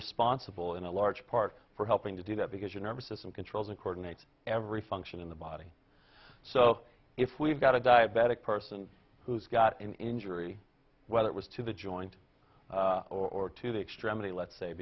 responsible in a large part for helping to do that because your nervous system controls and coordinates every function in the body so if we've got a diabetic person who's got an injury whether it was to the joint or to the extremity let's say